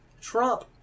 Trump